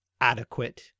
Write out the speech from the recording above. adequate